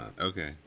Okay